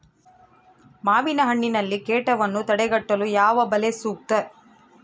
ಮಾವಿನಹಣ್ಣಿನಲ್ಲಿ ಕೇಟವನ್ನು ತಡೆಗಟ್ಟಲು ಯಾವ ಬಲೆ ಸೂಕ್ತ?